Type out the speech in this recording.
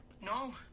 No